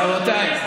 רבותיי,